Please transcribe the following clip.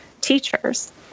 teachers